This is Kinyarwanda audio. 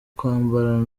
kwambarana